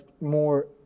more